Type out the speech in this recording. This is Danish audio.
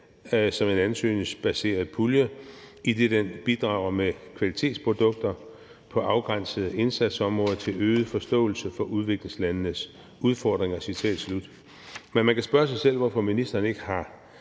som en ansøgningsbaseret pulje, idet den bidrager med kvalitetsproduktioner på afgrænsede indsatsområder til øget forståelse for udviklingslandenes udfordringer«. Man kan spørge sig selv, hvorfor ministeren ikke har